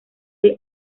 del